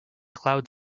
cloud